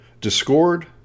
discord